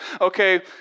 okay